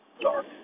dark